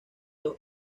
dos